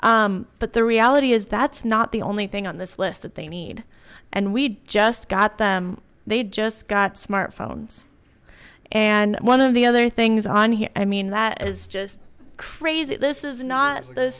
but the reality is that's not the only thing on this list that they need and we just got that they just got smart phones and one of the other things on here i mean that is just crazy this is not the